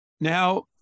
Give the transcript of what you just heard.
Now